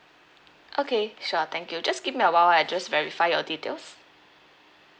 okay sure thank you just give me a while I'll just verify your details